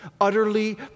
utterly